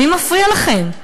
מי מפריע לכם?